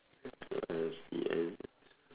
ah I see and